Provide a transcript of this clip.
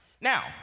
Now